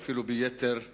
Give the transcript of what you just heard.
ואפילו ביתר אכזריות.